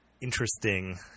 interesting